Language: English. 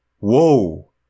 Whoa